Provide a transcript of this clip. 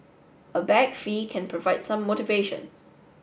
a bag fee can provide some motivation